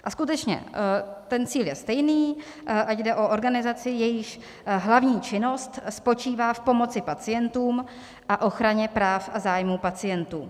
A skutečně ten cíl je stejný, ať jde o organizaci, jejíž hlavní činnost spočívá v pomoci pacientům a ochraně práv a zájmů pacientů.